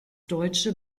deutsche